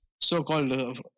so-called